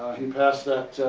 he passed that,